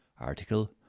Article